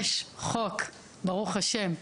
יש חוק, ברוך השם,